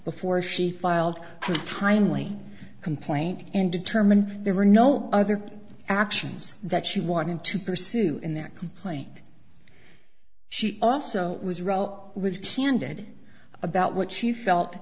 before she filed timely complaint and determined there were no other actions that she wanted to pursue in that complaint she also was wrote was candid about what she felt